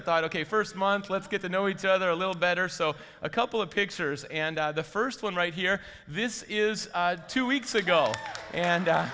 i thought ok first month let's get to know each other a little better so a couple of pictures and the first one right here this is two weeks ago and